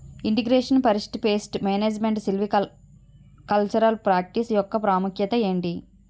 integration forest pest management silvicultural practice యెక్క ప్రాముఖ్యత ఏంటి